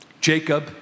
Jacob